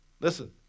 Listen